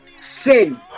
Sin